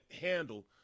handle